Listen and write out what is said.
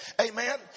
Amen